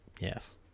yes